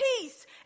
peace